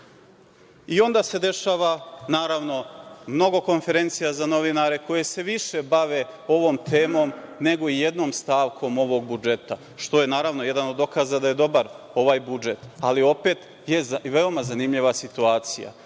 Onda se dešava mnogo konferencija za novinare koje se više bave ovom temom, nego i jednom stavkom ovog budžeta, što je jedan od dokaza da je ovaj budžet dobar, ali opet je veoma zanimljiva situacija. Nije